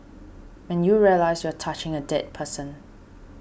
and you realise you are touching a dead person